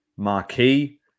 Marquee